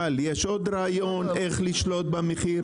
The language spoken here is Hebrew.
גל, יש עוד רעיון איך לשלוט במחיר?